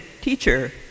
Teacher